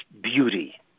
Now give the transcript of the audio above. beauty